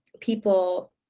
people